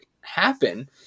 happen